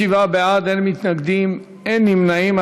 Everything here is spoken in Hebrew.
37 בעד, אין מתנגדים, אין נמנעים.